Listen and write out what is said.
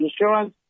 insurance